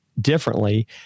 differently